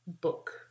book